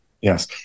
Yes